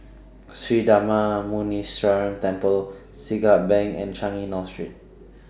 Sri Darma Muneeswaran Temple Siglap Bank and Changi North Street